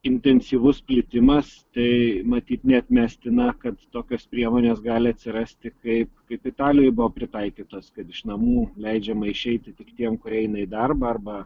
intensyvus plitimas tai matyt neatmestina kad tokios priemonės gali atsirasti kaip kaip italijoj buvo pritaikytos kad iš namų leidžiama išeiti tik tiem kurie eina į darbą arba